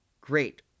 great